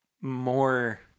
more